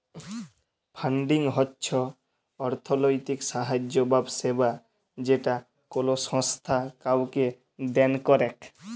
funding হচ্ছ অর্থলৈতিক সাহায্য বা সেবা যেটা কোলো সংস্থা কাওকে দেন করেক